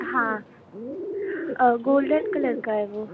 ہاں آ golden colour کا ہے وہ